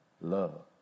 Love